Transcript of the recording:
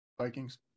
Vikings